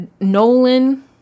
Nolan